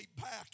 back